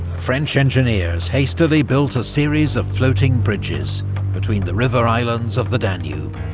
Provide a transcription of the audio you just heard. french engineers hastily built a series of floating bridges between the river islands of the danube,